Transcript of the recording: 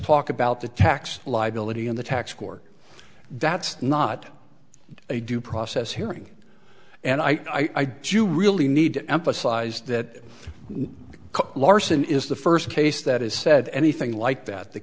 talk about the tax liability in the tax court that's not a due process hearing and i do you really need to emphasize that larson is the first case that has said anything like that the